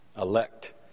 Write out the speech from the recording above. Elect